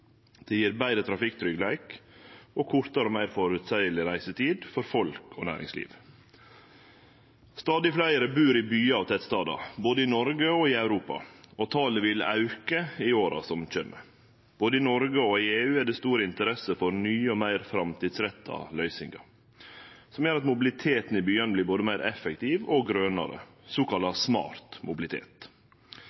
Det gjev betre trafikktryggleik og kortare og meir føreseieleg reisetid for folk og næringsliv. Stadig fleire bur i byar og tettstadar, både i Noreg og i Europa, og talet vil auke i åra som kjem. Både i Noreg og i EU er det stor interesse for nye og meir framtidsretta løysingar, som gjer at mobiliteten i byane vert både meir effektiv og grønare,